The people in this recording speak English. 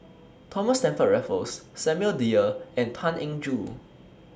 Thomas Stamford Raffles Samuel Dyer and Tan Eng Joo